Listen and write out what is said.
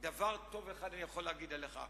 דבר טוב אחד אני יכול להגיד עליך.